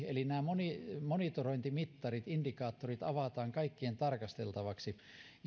eli nämä monitorointimittarit indikaattorit avataan kaikkien tarkasteltavaksi